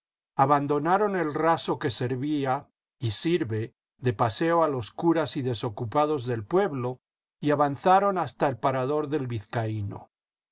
abandonaron el raso que servía y sirve de paseo a los curas y desocupados del pueblo y avanzaron hasta el parador del vizcaíno